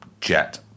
jet